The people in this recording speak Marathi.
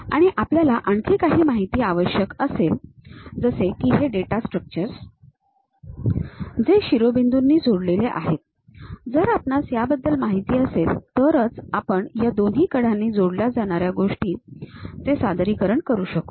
आणि आपल्याला आणखी काही माहिती आवश्यक असेल जसे की हे डेटा स्ट्रक्चर्स जे शिरोबिंदूंनी जोडलेले आहेत जर आपणास याबद्दल माहिती असेल तरच आपण या दोन्ही कडांनी जोडल्या जाणार्या या दोन गोष्टींचे सादरीकरण करू शकू